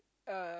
uh